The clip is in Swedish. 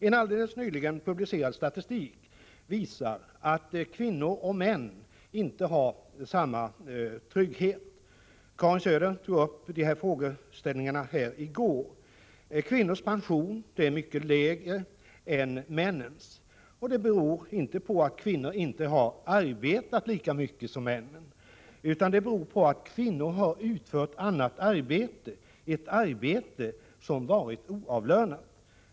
En alldeles nyligen publicerad statistik visar att kvinnor och män inte har samma trygghet. Karin Söder tog här i går upp dessa frågeställningar. Kvinnors pension är mycket lägre än männens. Det beror inte på att kvinnor inte har arbetat lika mycket som män, utan på att kvinnor har utfört annat arbete än män, ett arbete som varit oavlönat.